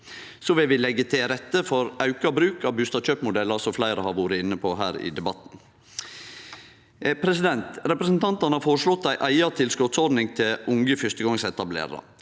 Så vil vi leggje til rette for auka bruk av bustadkjøpmodellar, som fleire har vore inne på her i debatten. Representantane har føreslått ei eiga tilskotsordning til unge fyrstegongsetablerarar.